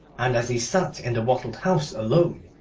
and as he sat in the wattled house alone,